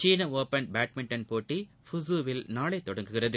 சீன open badminton போட்டி ஃபுகுவில் நாளை தொடங்குகிறது